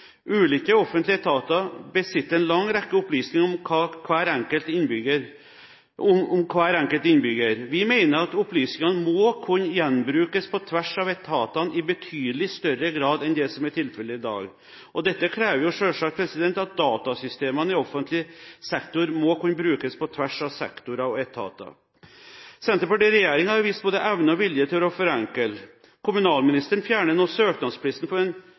Ulike offentlige etater besitter en lang rekke opplysninger om hver enkelt innbygger. Vi mener at opplysningene må kunne gjenbrukes på tvers av etatene i betydelig større grad enn det som er tilfellet i dag. Dette krever selvsagt at datasystemene i offentlig sektor må kunne brukes på tvers av sektorer og etater. Senterpartiet i regjering har vist både evne og vilje til å forenkle. Kommunalministeren fjerner nå søknadsplikten for